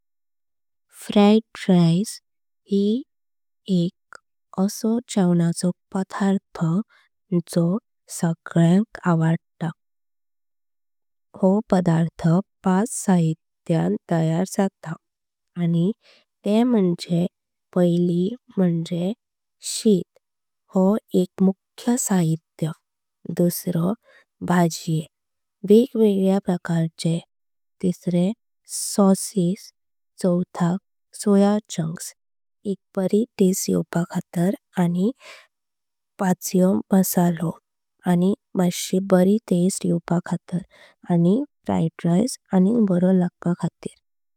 Fried rice हे एक आसो जेवणाचो पदार्थ जो सगळ्यांक आवडता। हो पदार्थ पाच साहित्यां तयार जाता आनी ते म्हंजे पैली म्हंजे शिथ। हो एक मुख्य साहित्य दुसरो भाजिये वेगवेगळ्या प्रकारचे तिसरं। सॉसेस चौथं सोया चंक्स एक बरी टेस्ट येवपा खातीर आनी पाच्यो। मसाले आणिक माशी बरी टेस्ट येवपा खातीर आनी। फ्राइड राइस आणिक बरो लागपा खातीर।